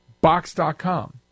Box.com